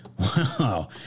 Wow